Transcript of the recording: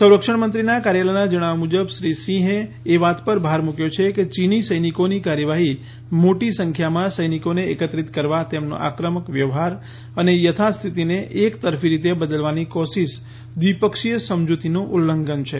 સંરક્ષણમંત્રીના કાર્યાલયના જણાવ્યા મુજબ શ્રી સિંહે એ વાત પર ભાર મુક્વો છે કે ચીની સૈનિકોની કાર્યવાહી મોટી સંખ્યામાં સૈનિકોને એકત્રિત કરવા તેમનો આક્રમક વ્યવહાર અને યથાસ્થિતિને એકતરફી રીતે બદલવાની કોશિશ દ્વિપક્ષીય સમજૂતીનું ઉલ્લંઘન છે